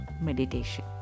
meditation